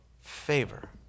favor